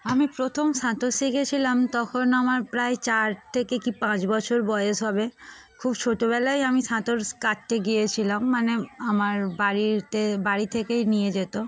আমি প্রথম সাঁতার শিখেছিলাম তখন আমার প্রায় চার থেকে কি পাঁচ বছর বয়স হবে খুব ছোটোবেলায় আমি সাঁতার কাটতে গিয়েছিলাম মানে আমার বাড়িতে বাড়ি থেকেই নিয়ে যেত